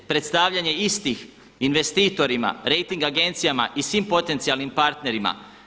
Predstavljanje istih investitorima, rejting agencijama i svim potencijalnim partnerima.